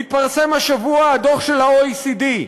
מתפרסם השבוע הדוח של ה-OECD.